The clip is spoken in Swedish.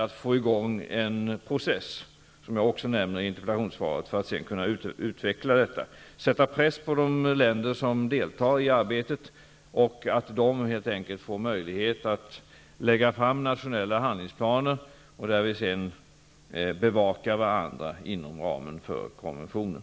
att få i gång en process för att sedan kunna utveckla detta vidare, sätta press på de länder som deltar i arbetet och se till att de helt enkelt får möjligheter att lägga fram nationella handlingsplaner. Sedan bevakar vi varandra inom ramen för konventionen.